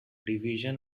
division